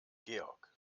georg